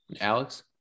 Alex